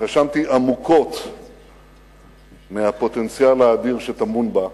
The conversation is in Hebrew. והתרשמתי עמוקות מהפוטנציאל האדיר שטמון בה.